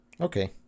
Okay